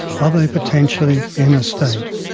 of a potentially inner state.